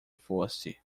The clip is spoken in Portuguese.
fosse